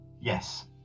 Yes